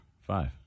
five